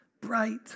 bright